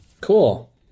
cool